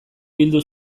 bildu